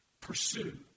pursue